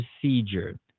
procedure